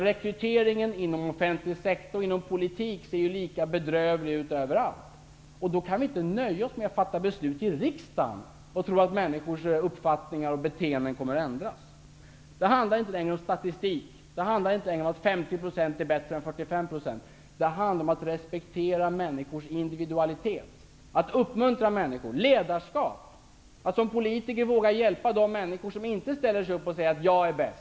Rekryteringen inom offentlig sektor och inom politik ser ju lika bedrövlig ut överallt. Vi kan då inte nöja oss med att fatta beslut i riksdagen och tro att människors uppfattningar och beteenden kommer att ändras. Det handlar inte om statistik -- att 50 % är bättre än 45 %. Det handlar om att respektera människors individualitet. Det handlar om att uppmuntra människor. Det handlar om ledarskap och om att, som politiker, våga hjälpa de människor som inte ställer sig upp och säger: Jag är bäst!